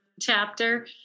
chapter